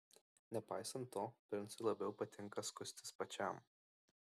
nepaisant to princui labiau patinka skustis pačiam